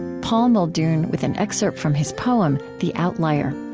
paul muldoon with an excerpt from his poem the outlier.